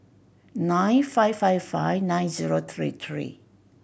nine five five five nine zero three three